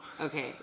Okay